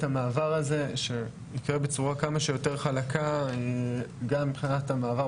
המעבר הזה שיקרה בצורה כמה שיותר חלקה גם מבחינת המעבר.